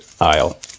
aisle